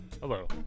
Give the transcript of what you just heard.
Hello